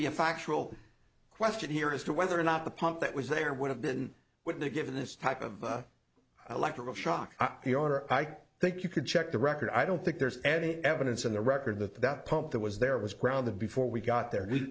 be a factual question here as to whether or not the pump that was there would have been wouldn't it given this type of electrical shock the owner i think you could check the record i don't think there's any evidence in the record that that pump that was there was ground the before we got there we